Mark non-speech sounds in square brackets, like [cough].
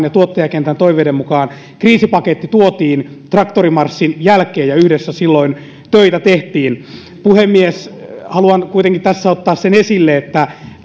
[unintelligible] ja tuottajakentän toiveiden mukaan kriisipaketti tuotiin traktorimarssin jälkeen ja yhdessä silloin töitä tehtiin puhemies haluan kuitenkin tässä ottaa esille sen että